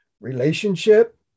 relationship